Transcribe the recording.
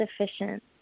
sufficient